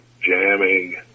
jamming